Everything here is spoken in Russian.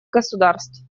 государств